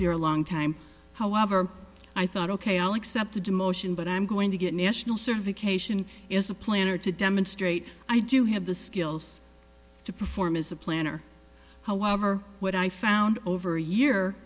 there a long time however i thought ok i'll accept a demotion but i'm going to get national survey cation is a planner to demonstrate i do have the skills to perform as a planner however what i found over a year